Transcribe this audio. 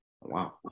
Wow